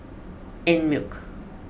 Einmilk